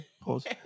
Pause